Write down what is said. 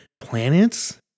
planets